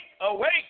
awake